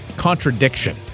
contradiction